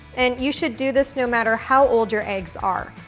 and you should do this no matter how old your eggs are.